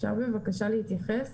אפשר בבקשה להתייחס?